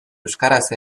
euskaraz